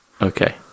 Okay